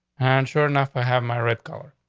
and sure enough, i have my red color.